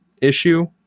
issue